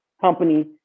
company